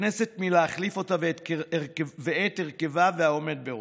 הכנסת מלהחליף אותה ואת הרכבה והעומד בראשה.